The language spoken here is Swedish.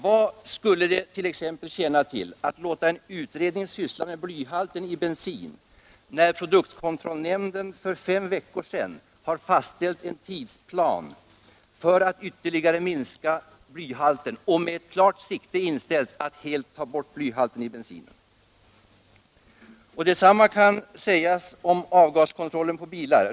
Vad skulle det exempelvis tjäna till att låta en utredning syssla med blyhalten i bensin, när produktkontrollnämnden för fem veckor sedan har fastställt en tidsplan för att ytterligare minska blyhalten och med klart sikte på att helt ta bort blyhalten i bensin? Detsamma kan sägas om avgaskontrollen på bilar.